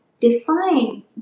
define